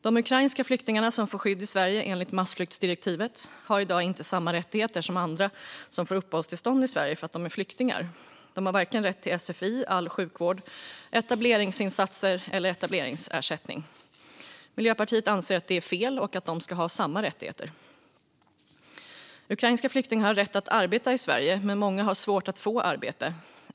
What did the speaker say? De ukrainska flyktingar som får skydd i Sverige i enlighet med massflyktsdirektivet har i dag inte samma rättigheter som andra som får uppehållstillstånd i Sverige för att de är flyktingar. De har inte rätt till sfi, all sjukvård, etableringsinsatser eller etableringsersättning. Miljöpartiet anser att det är fel och att de ska ha samma rättigheter. Ukrainska flyktingar har rätt att arbeta i Sverige, men många har svårt att få arbete.